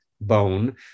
bone